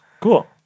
Cool